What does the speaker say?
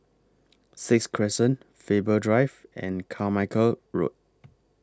Sixth Crescent Faber Drive and Carmichael Road